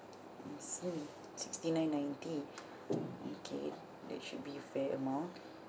I see sixty nine ninety okay that should be fair amount